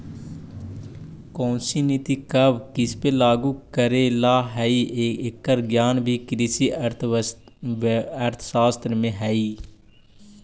कौनसी नीति कब किसपे लागू करे ला हई, एकर ज्ञान भी कृषि अर्थशास्त्र में हई